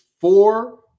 four –